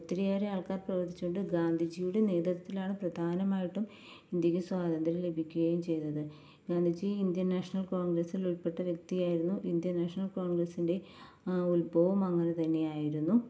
ഒത്തിരിയേറെ ആള്ക്കാര് പ്രവര്ത്തിച്ചിട്ടുണ്ട് ഗാന്ധിജിയുടെ നേതൃത്വത്തില് ആണ് പ്രധാനമായിട്ടും ഇന്ത്യക്ക് സ്വാതന്ത്ര്യം ലഭിക്കുകയും ചെയ്തത് ഗാന്ധിജി ഇന്ത്യൻ നാഷണല് കോണ്ഗ്രസില് ഉള്പ്പെട്ട വ്യക്തിയായിരുന്നു ഇന്ത്യൻ നാഷണല് കോണ്ഗ്രസ്സിന്റെ ഉത്ഭവവും അങ്ങനെ തന്നെയായിരുന്നു